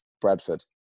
Bradford